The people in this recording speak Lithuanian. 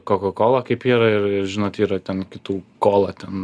kokakola kaip yra ir žinot yra ten kitų kola ten